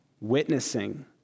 witnessing